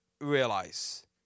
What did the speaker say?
realize